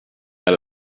out